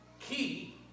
key